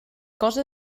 cosa